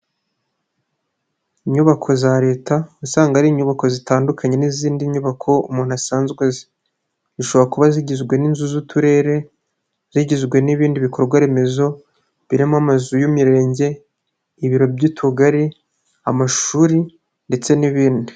Inyubako za Leta uba usanga ari inyubako zitandukanye n'izindi nyubako umuntu asanzwe azi, zishobora kuba zigizwe n'inzu z'Uturere, zigizwe n'ibindi bikorwa remezo birimo amazu y'Imirenge, ibiro by'Utugari, amashuri ndetse n'ibindi.